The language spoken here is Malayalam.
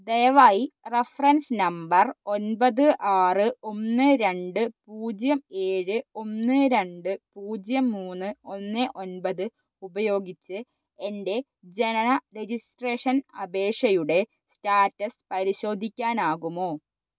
ദയവായി റഫറൻസ് നമ്പർ ഒമ്പത് ആറ് ഒന്ന് രണ്ട് പൂജ്യം ഏഴ് ഒന്ന് രണ്ട് പൂജ്യം മൂന്ന് ഒന്ന് ഒമ്പത് ഉപയോഗിച്ചു എൻ്റെ ജനന രജിസ്ട്രേഷൻ അപേക്ഷയുടെ സ്റ്റാറ്റസ് പരിശോധിക്കാനാകുമോ